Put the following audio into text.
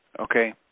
Okay